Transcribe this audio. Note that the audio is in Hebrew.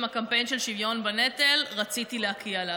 הקמפיין של שוויון בנטל רציתי להקיא עליו.